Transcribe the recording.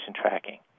tracking